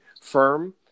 firm